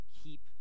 keep